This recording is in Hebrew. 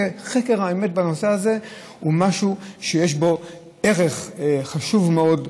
וחקר האמת בנושא הזה הוא משהו שיש בו ערך חשוב מאוד.